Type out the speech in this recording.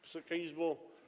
Wysoka Izbo!